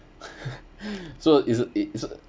so isn't it isn't